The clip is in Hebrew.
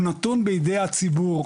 הוא נתון בידי הציבור,